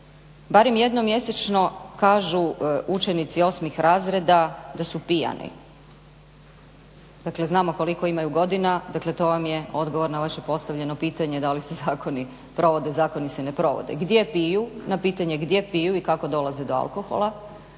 Barem jednom mjesečno kažu učenici osmih razreda da su pijani. Dakle, znamo koliko imaju godina. Dakle, to vam je odgovor na vaše postavljeno pitanje da li se zakoni provode? Zakoni se ne provode? Gdje piju, na pitanje gdje piju i kako dolaze do alkohola